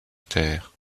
terre